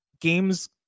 games